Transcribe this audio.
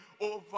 over